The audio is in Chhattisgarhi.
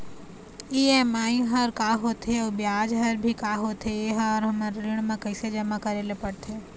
ई.एम.आई हर का होथे अऊ ब्याज हर भी का होथे ये हर हमर ऋण मा कैसे जमा करे ले पड़ते?